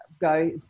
go